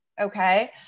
Okay